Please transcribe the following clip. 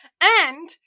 And-